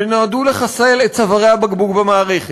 שנועדו לחסל את צווארי הבקבוק במערכת,